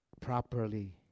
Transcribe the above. properly